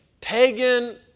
pagan